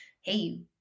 hey